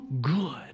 good